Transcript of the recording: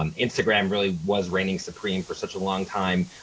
um instagram really was reigning supreme for such a long time.